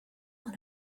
want